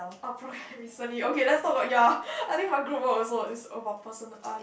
oh procras~ recently okay let's talk about ya I think my group work also is about personal uh